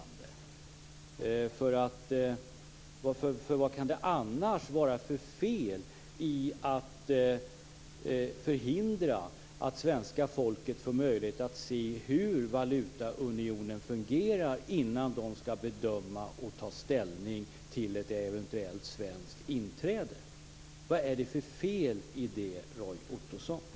Varför vill de annars förhindra att svenska folket får möjlighet att se hur valutaunionen fungerar innan man skall bedöma och ta ställning till ett eventuellt svenskt inträde? Vad är det för fel i det, Roy Ottosson?